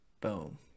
Boom